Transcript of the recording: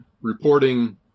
reporting